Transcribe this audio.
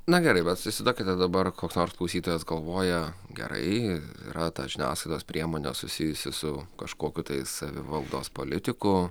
na gerai bet įsivaizduokite dabar koks nors klausytojas galvoja gerai yra ta žiniasklaidos priemonė susijusi su kažkokiu tai savivaldos politiku